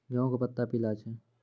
गेहूँ के पत्ता पीला छै?